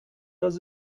does